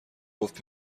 گفت